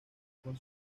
con